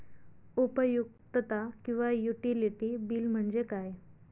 उपयुक्तता किंवा utility bill म्हणजे काय?